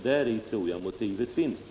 Däri tror jag motivet ligger.